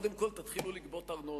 קודם כול תתחילו לגבות ארנונה,